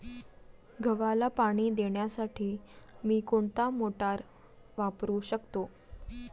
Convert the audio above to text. गव्हाला पाणी देण्यासाठी मी कोणती मोटार वापरू शकतो?